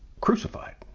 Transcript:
crucified